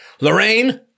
Lorraine